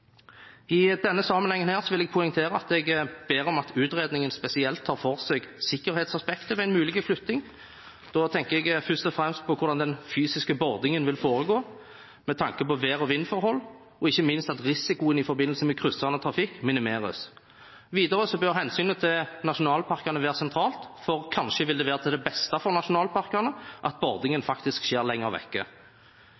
I denne sammenheng vil jeg poengtere at jeg ber om at utredningen spesielt tar for seg sikkerhetsaspektet ved en mulig flytting. Da tenker jeg først og fremst på hvordan den fysiske bordingen vil foregå, med tanke på vær- og vindforhold og ikke minst at risikoen i forbindelse med kryssende trafikk minimeres. Videre bør hensynet til nasjonalparkene være sentralt. Kanskje vil det være til det beste for nasjonalparkene at bordingen